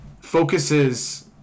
focuses